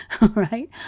right